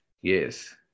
Yes